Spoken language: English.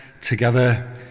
together